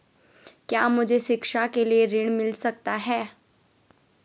क्या मुझे शिक्षा के लिए ऋण मिल सकता है?